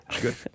Good